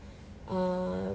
err